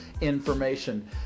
information